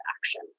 action